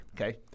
Okay